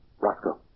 Roscoe